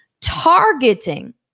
targeting